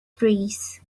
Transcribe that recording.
trees